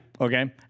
Okay